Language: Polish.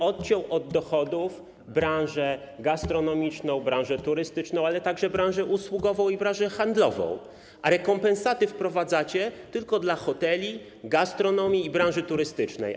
Odcięto od dochodów branżę gastronomiczną, branżę turystyczną, ale także branżę usługową i branżę handlową, a rekompensaty wprowadzacie tylko dla hoteli, gastronomii i branży turystycznej.